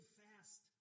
fast